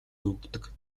өгдөг